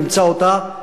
נמצא אותה.